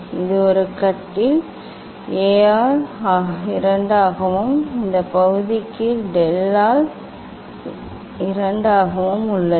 இது ஒரு கட்டில் A ஆல் 2 ஆகவும் இந்த பகுதிக்கு டெல் A ஆல் 2 ஆகவும் உள்ளது